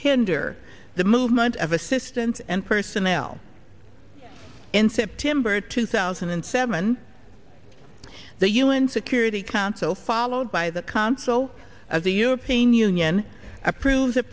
hinder the movement of assistance and personnel in september two thousand and seven the un security council followed by the council of the european union approves